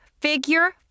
Figure